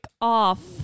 off